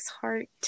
heart